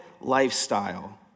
lifestyle